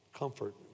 comfort